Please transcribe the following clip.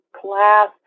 class